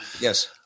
Yes